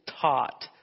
taught